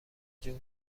جون